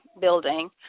building